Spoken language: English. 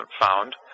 found